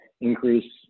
increase